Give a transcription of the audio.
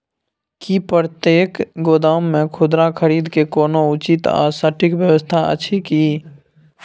की प्रतेक गोदाम मे खुदरा खरीद के कोनो उचित आ सटिक व्यवस्था अछि की?